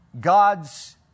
God's